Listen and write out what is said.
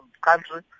country